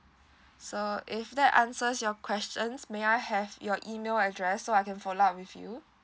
so if that answers your questions may I have your email address so I can follow up with you